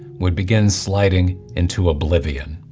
would begin sliding into oblivion.